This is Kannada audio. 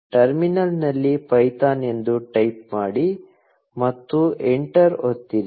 ಟರ್ಮಿನಲ್ನಲ್ಲಿ ಪೈಥಾನ್ ಎಂದು ಟೈಪ್ ಮಾಡಿ ಮತ್ತು ಎಂಟರ್ ಒತ್ತಿರಿ